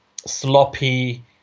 sloppy